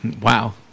Wow